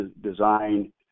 design